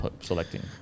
selecting